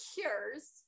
cures